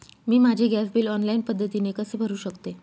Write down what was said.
मी माझे gas bill online पद्धतीने कसे भरु शकते?